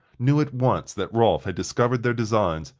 knew at once that rolf had discovered their designs,